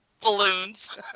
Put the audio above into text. balloons